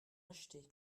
acheter